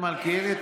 חבר הכנסת מלכיאלי,